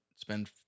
spend